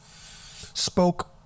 spoke